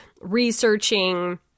researching